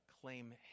claim